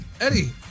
Eddie